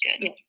good